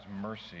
mercy